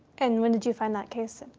and when did you find that case,